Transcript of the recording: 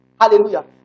Hallelujah